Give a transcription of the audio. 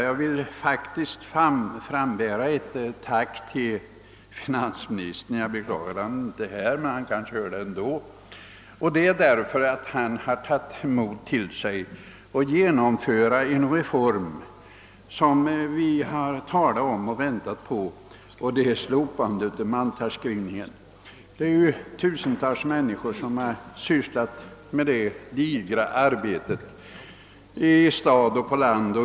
Jag vill faktiskt frambära ett tack till finansministern — jag beklagar att han inte är här, men han kanske hör det ändå därför att han har tagit mod till sig att genomföra en reform som vi har talat om och väntat på länge, nämligen slopande av mantalsskrivningen. Det är ju tusentals människor som har sysslat med det digra arbetet i stad och på land.